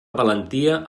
valentia